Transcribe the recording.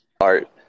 art